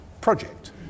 project